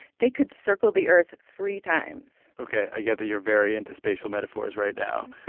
they could circle the earth three times ok. i gather you're very into spatial metaphors right now.